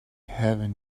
heaven